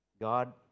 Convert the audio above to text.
God